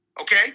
Okay